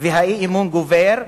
והאי-אמון גובר,